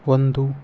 ಒಂದು